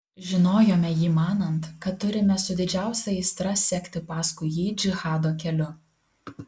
žinojome jį manant kad turime su didžiausia aistra sekti paskui jį džihado keliu